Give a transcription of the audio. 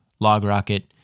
LogRocket